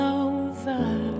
over